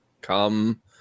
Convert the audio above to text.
come